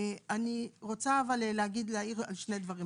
אני רוצה להעיר על שני דברים.